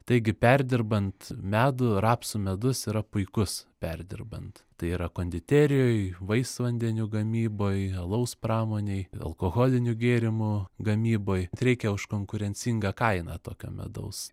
taigi perdirbant medų rapsų medus yra puikus perdirbant tai yra konditerijoj vaisvandenių gamyboj alaus pramonėj alkoholinių gėrimų gamyboj tai reikia už konkurencingą kainą tokio medaus